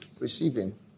receiving